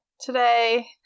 today